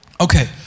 Okay